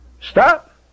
stop